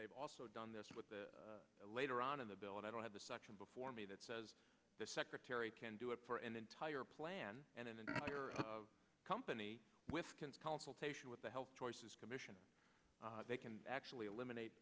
they've also done this with the later on in the bill and i don't have the section before me that says the secretary can do it for an entire plan and in a company with consultation with the health choices commission they can actually eliminate